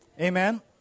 Amen